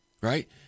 right